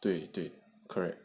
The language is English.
对对 correct